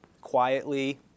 quietly